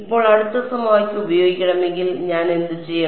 ഇപ്പോൾ അടുത്ത സമവാക്യം ഉപയോഗിക്കണമെങ്കിൽ ഞാൻ എന്തുചെയ്യണം